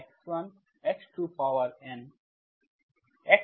y x1 x2 power N